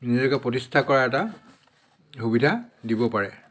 নিজকে প্ৰতিষ্ঠা কৰাৰ এটা সুবিধা দিব পাৰে